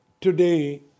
today